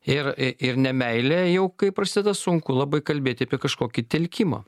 ir ir nemeilė jau kai prasideda sunku labai kalbėti apie kažkokį telkimą